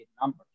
number